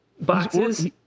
boxes